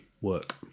work